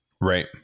Right